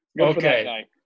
Okay